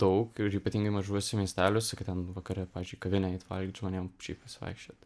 daug ir ypatingai mažuose miesteliuose kad ten vakare pavyzdžiuiį kavinę eit valgyt žmonėm šiaip pasivaikščiot